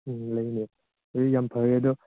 ꯎꯝ ꯂꯩꯅꯤ ꯑꯗꯨ ꯌꯥꯝ ꯐꯔꯦ ꯑꯗꯨ